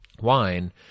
wine